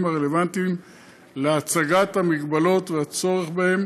הרלוונטיים להצגת המגבלות והצורך בהן